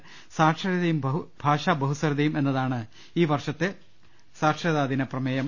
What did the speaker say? സാക്ഷരതയും ഭാഷാ ബഹുസ്വരതയും എന്നതാണ് ഈ വർഷത്തെ സാക്ഷരതാ ദിന പ്രമേയം